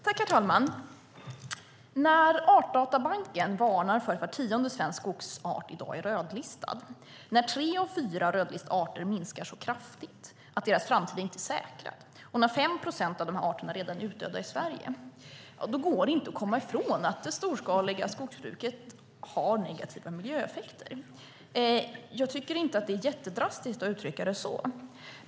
Herr talman! När Artdatabanken varnar för att var tionde svensk skogsart i dag är rödlistad, när tre av fyra rödlistarter minskar så kraftigt att deras framtid inte är säkrad och när 5 procent av de här arterna redan är utdöda i Sverige går det inte att komma ifrån att det storskaliga skogsbruket har negativa miljöeffekter. Jag tycker inte att det är jättedrastiskt att uttrycka det så.